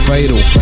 Fatal